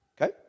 Okay